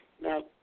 Now